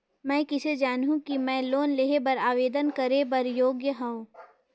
मैं किसे जानहूं कि मैं लोन लेहे बर आवेदन करे बर योग्य हंव?